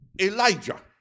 Elijah